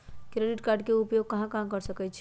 Credit card के उपयोग कहां कहां कर सकईछी?